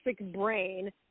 brain